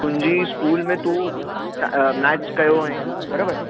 तुंहिंजी स्कूल में तूं मैथ्स कयो आहे बरोबर